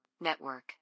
Network